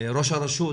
ראש הרשות,